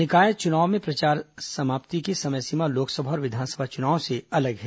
निकाय चुनाव में प्रचार समाप्ति की समय सीमा लोकसभा और विधानसभा चुनाव से अलग है